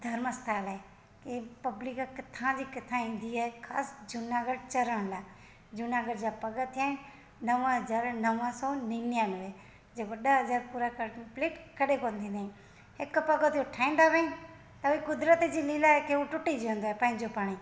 धर्मस्थल आहे इहो पब्लिक का किथां जो किथां ईंदी आहे ख़ासि जूनागढ़ चढ़ण लाइ जूनागढ़ जा पॻ थिया आहिनि नव हज़ार नव सौ निनयानवे जे वॾा हज़ार कंपलीट कॾहिं कोन थींदा आहिनि हिकु पॻ जो ठाहींदा त बि कुदिरत जी लीला आहे कि उहो टुटिजी वेंदो आहे पंहिंजो पाण ई